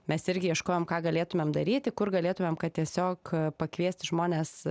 mes irgi ieškojom ką galėtumėm daryti kur galėtumėm kad tiesiog pakviesti žmones